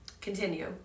Continue